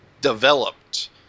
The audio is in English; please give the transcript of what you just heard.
developed